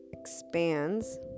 expands